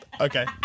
Okay